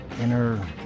inner